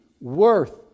worth